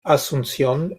asunción